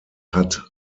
hat